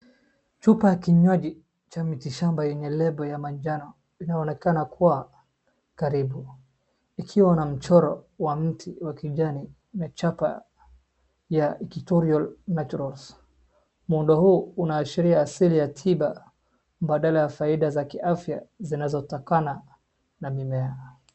Chupa ya kinywaji cha mitishamba yenye label ya majano inaonekana kuwa karibu. Ikiwa na mchoro wa mti wa kijani na chapa ya Equitorial Naturals. Muundo huu unaashiria asili ya tiba badala ya faida za kiafya zinazotokana na mimea.